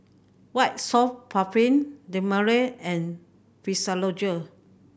White Soft Paraffin Dermale and Physiogel